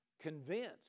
convinced